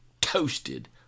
toasted